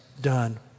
done